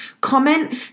Comment